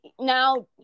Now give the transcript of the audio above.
now